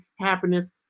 happiness